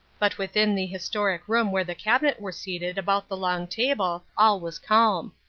but within the historic room where the cabinet were seated about the long table all was calm.